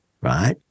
right